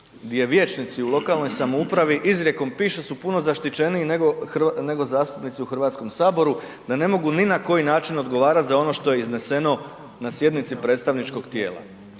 gdje vijećnici u lokalnoj samoupravi izrijekom piše su puno zaštićeniji nego zastupnici u Hrvatskom saboru da ne mogu ni na koji način odgovarati za ono što je izneseno na sjednici predstavničkog tijela.